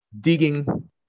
digging